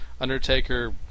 Undertaker